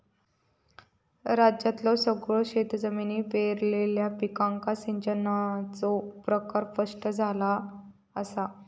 राज्यातल्यो सगळयो शेतजमिनी पेरलेल्या पिकांका सिंचनाचो प्रकार स्पष्ट झाला असा